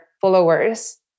followers